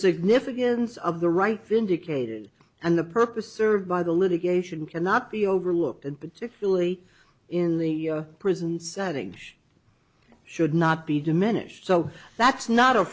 significance of the right vindicated and the purpose served by the litigation cannot be overlooked and particularly in the prison setting should not be diminished so that's not a